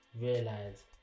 realize